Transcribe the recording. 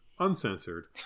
uncensored